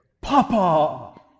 Papa